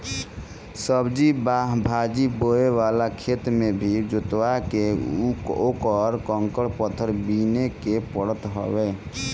सब्जी भाजी बोए वाला खेत के भी जोतवा के उकर कंकड़ पत्थर बिने के पड़त हवे